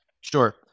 Sure